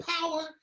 power